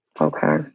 Okay